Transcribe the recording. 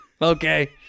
Okay